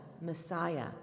Messiah